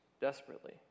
desperately